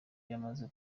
yamaze